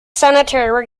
sanitary